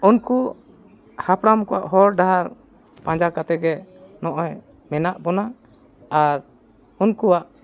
ᱩᱱᱠᱩ ᱦᱟᱯᱲᱟᱢ ᱠᱚᱣᱟᱜ ᱦᱚᱨ ᱰᱟᱦᱟᱨ ᱯᱟᱸᱡᱟ ᱠᱟᱛᱮᱫ ᱜᱮ ᱱᱚᱜᱼᱚᱭ ᱢᱮᱱᱟᱜ ᱵᱚᱱᱟ ᱟᱨ ᱩᱱᱠᱩᱣᱟᱜ